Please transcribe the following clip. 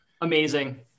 Amazing